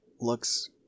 looks